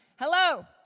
Hello